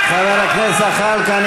חבר הכנסת זחאלקה,